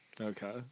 Okay